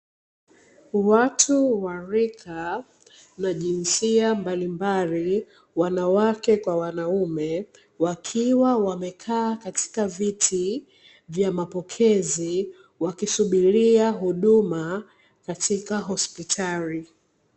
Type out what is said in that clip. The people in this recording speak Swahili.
Watu wa rika na jinsia mbalimbali, wanawake kwa wanaume, wakiwa wameketi katika viti vya mapokezi wakisubiria huduma katika hospitali.